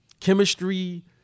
chemistry